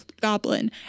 goblin